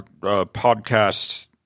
podcast